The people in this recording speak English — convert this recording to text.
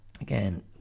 again